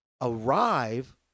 arrive